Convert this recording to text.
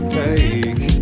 take